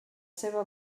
seva